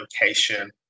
location